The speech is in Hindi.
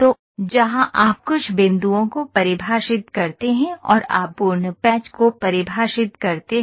तो जहां आप कुछ बिंदुओं को परिभाषित करते हैं और आप पूर्ण पैच को परिभाषित करते हैं